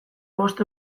bost